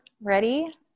ready